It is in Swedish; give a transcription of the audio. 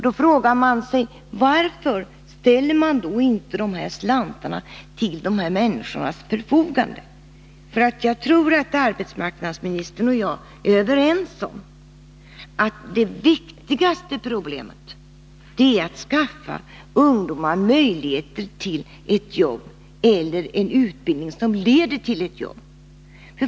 Då frågar man sig: Varför ställs inte de här slantarna till dessa människors förfogande? Jag tror nämligen att arbetsmarknadsministern och jag är överens om att den viktigaste uppgiften är att skaffa ungdomar möjligheter att få ett jobb, eller en utbildning som leder till ett jobb.